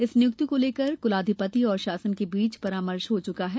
इस नियुक्ति को लेकर कुलाधिपति और शासन के बीच परामर्श हो चुका है